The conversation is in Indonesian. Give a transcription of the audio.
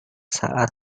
saat